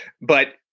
But-